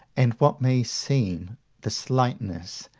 and what may seem the slightness,